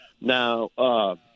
Now